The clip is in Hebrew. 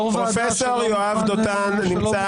פרופ' יואב דותן נמצא